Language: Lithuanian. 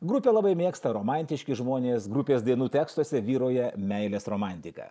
grupę labai mėgsta romantiški žmonės grupės dainų tekstuose vyrauja meilės romantika